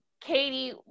Katie